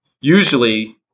usually